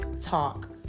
talk